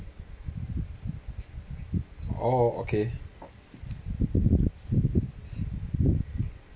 orh okay